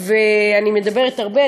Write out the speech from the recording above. אני מדברת הרבה,